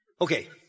Okay